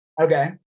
Okay